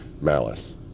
malice